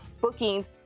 bookings